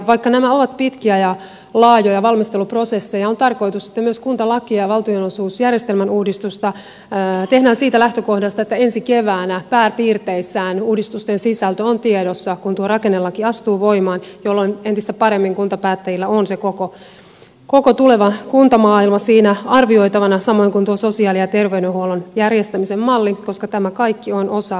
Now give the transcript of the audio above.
vaikka nämä ovat pitkiä ja laajoja valmisteluprosesseja on tarkoitus että myös kuntalakia ja valtionosuusjärjestelmän uudistusta tehdään siitä lähtökohdasta että ensi keväänä pääpiirteissään uudistusten sisältö on tiedossa kun tuo rakennelaki astuu voimaan jolloin entistä paremmin kuntapäättäjillä on se koko tuleva kuntamaailma siinä arvioitavana samoin kuin tuo sosiaali ja terveydenhuollon järjestämisen malli koska tämä kaikki on osa samaa kokonaisuutta